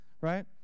right